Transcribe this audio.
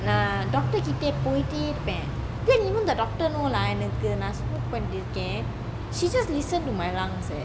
doctor கிட்ட பொய்த்தால் இருப்பான்:kita poitae irupan then even the doctor know என்னக்கு நான்:ennaku naan smoke பணிதல் இருக்கான்:panitae irukan she just listen to my lungs leh